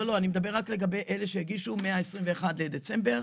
אני מדבר רק על אלה שהגישו מה-21 בדצמבר.